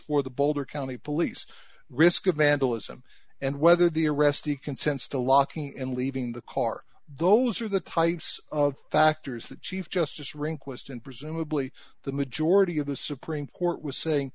for the boulder county police risk of vandalism and whether the arrestee consents to locking and leaving the car those are the types of factors that chief justice rehnquist and presumably the majority of the supreme court was saying